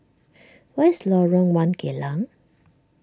where is Lorong one Geylang